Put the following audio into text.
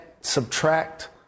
subtract